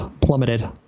plummeted